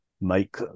make